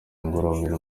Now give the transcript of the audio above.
ngororamubiri